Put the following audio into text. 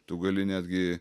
tu gali netgi